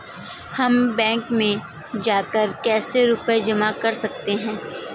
हम बैंक में जाकर कैसे रुपया जमा कर सकते हैं?